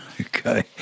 Okay